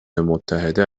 متحده